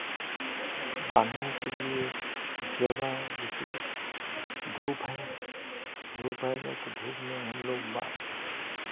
बान्धने के लिये जगह जैसे धूप है धूप है में तो धूप में हमलोग बा